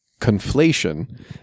conflation